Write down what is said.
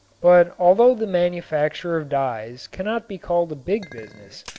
but although the manufacture of dyes cannot be called a big business,